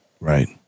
Right